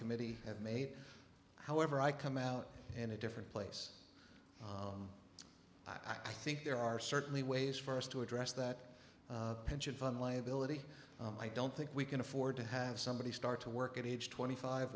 committee at may however i come out in a different place i think there are certainly ways for us to address that pension fund liability i don't think we can afford to have somebody start to work at age twenty five